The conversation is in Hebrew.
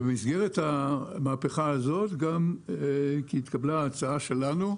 במסגרת המהפכה הזאת גם התקבלה ההצעה שלנו,